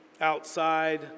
outside